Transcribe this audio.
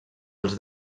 els